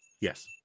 Yes